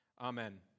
Amen